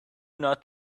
not